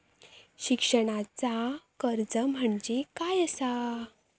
शिक्षणाचा कर्ज म्हणजे काय असा?